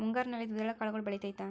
ಮುಂಗಾರಿನಲ್ಲಿ ದ್ವಿದಳ ಕಾಳುಗಳು ಬೆಳೆತೈತಾ?